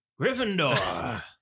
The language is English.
Gryffindor